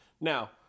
Now